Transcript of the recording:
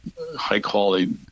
high-quality